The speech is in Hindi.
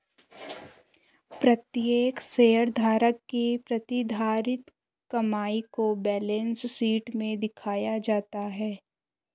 प्रत्येक शेयरधारक की प्रतिधारित कमाई को बैलेंस शीट में दिखाया जाता है